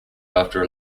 after